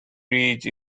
ridge